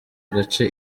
agace